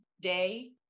day